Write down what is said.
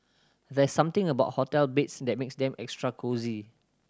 there's something about hotel beds that makes them extra cosy